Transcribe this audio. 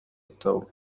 للتو